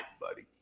buddy